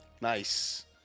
Nice